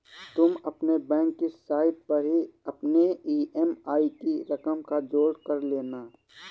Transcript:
तुम अपने बैंक की साइट पर ही अपने ई.एम.आई की रकम का जोड़ कर लेना